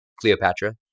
Cleopatra